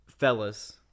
Fellas